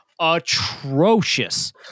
atrocious